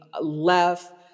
left